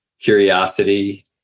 curiosity